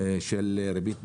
של ריבית פיגורים,